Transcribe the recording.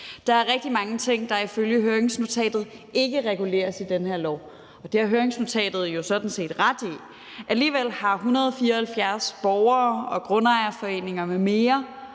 Der er rigtig mange ting, der ifølge høringsnotatet ikke reguleres i det her lovforslag, og det har høringsnotatet jo sådan set ret i. Alligevel har 174 borgere og grundejerforeninger m.m.